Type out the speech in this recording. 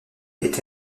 était